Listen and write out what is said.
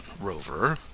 Rover